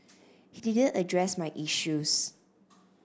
he didn't address my issues